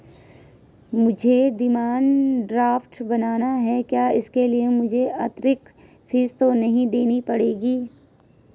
मुझे demand draft बनाना है क्या इसके लिए मुझे अतिरिक्त फीस तो नहीं देनी पड़ेगी?